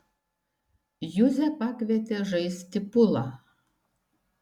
juzę pakvietė žaisti pulą